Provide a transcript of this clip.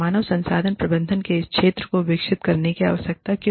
मानव संसाधन प्रबंधन के इस क्षेत्र को विकसित करने की आवश्यकता क्यों है